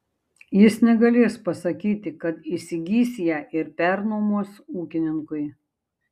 jis negalės pasakyti kad įsigys ją ir pernuomos ūkininkui